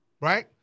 Right